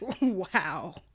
Wow